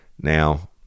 Now